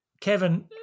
kevin